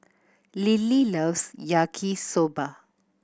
Lillie loves Yaki Soba